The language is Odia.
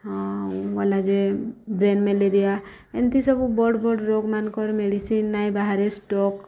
ଆଉ ଗଲା ଯେ ବ୍ରେନ୍ ମେଲେରିଆ ଏମିତି ସବୁ ବଡ଼୍ ବଡ଼୍ ରୋଗମାନ୍କର୍ ମେଡ଼ିସିନ୍ ନାଇଁ ବାହାରେ ଷ୍ଟ୍ରୋକ୍